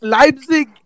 Leipzig